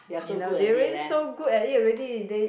you know they already so good at it already they